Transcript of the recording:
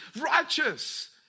righteous